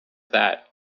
that